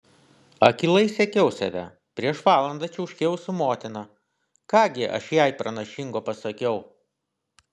akylai sekiau save prieš valandą čiauškėjau su motina ką gi aš jai pranašingo pasakiau